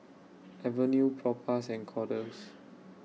Avene Propass and Kordel's